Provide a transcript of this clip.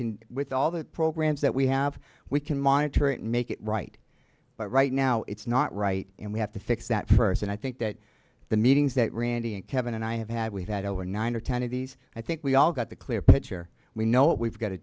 can with all the programs that we have we can monitor it and make it right but right now it's not right and we have to fix that first and i think that the meetings that randy and kevin and i have had we've had over nine or ten of these i think we all got the clear picture we know what we've got